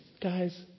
guys